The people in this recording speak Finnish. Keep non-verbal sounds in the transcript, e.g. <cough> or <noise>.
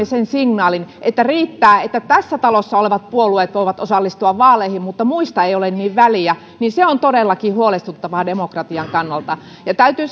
<unintelligible> sen signaalin että riittää että tässä talossa olevat puolueet voivat osallistua vaaleihin mutta muista ei ole niin väliä niin se on todellakin huolestuttavaa demokratian kannalta täytyy <unintelligible>